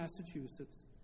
Massachusetts